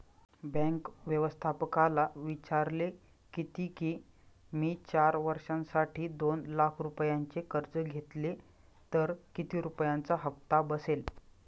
bank व्यवस्थापकाला विचारले किती की, मी चार वर्षांसाठी दोन लाख रुपयांचे कर्ज घेतले तर किती रुपयांचा हप्ता बसेल